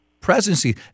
presidency